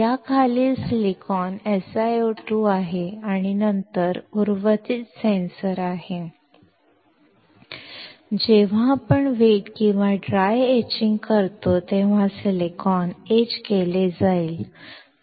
याखालील silicon SiO2 आहे आणि नंतर उर्वरित सेन्सर येथे आहे टॉप वर जेव्हा आपण वेट किंवा ड्राय एचिंग करतो तेव्हा सिलिकॉन एच केले जाईल